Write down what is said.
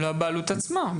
לבעלות עצמה.